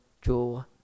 draw